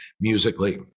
musically